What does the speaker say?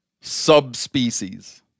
subspecies